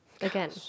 Again